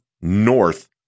north